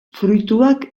fruituak